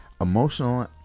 emotional